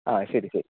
ആ ശരി ശരി